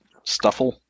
Stuffle